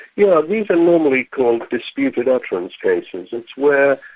yeah, these are normally called disputed utterance cases. it's where,